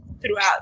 Throughout